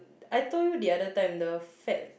I told you the other time the fat